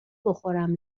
بخورم